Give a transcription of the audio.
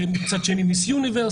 וגם אלה שהגיעו לתחרות מיס יוניברס.